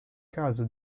caso